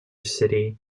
city